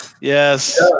yes